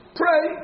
pray